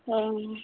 ᱦᱮᱸ